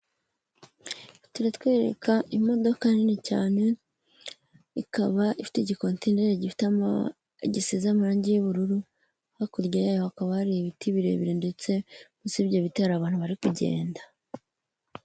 Ifoto iratwereka imodoka nini cyane, ikaba ifite igikotineri gisize amarange y'ubururu hakurya yayo hari ibiti birebire ndetse munsi y'ibyo biti hari abantu bari kugenda.